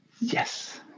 yes